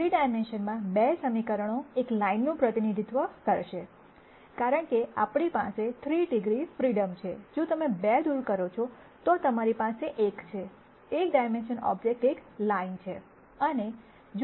અને 3 ડાઈમેન્શનમાં 2 સમીકરણો એક લાઈનનું પ્રતિનિધિત્વ કરશે કારણ કે આપણી પાસે 3 ડિગ્રી ફ્રીડમ છે જો તમે 2 દૂર કરો છો તો તમારી પાસે એક છે એક ડાઈમેન્શનલ ઓબ્જેક્ટ એક લાઈન છે